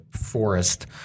forest